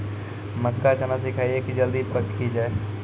मक्का चना सिखाइए कि जल्दी पक की जय?